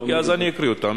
אוקיי, אז אני אקריא אותה.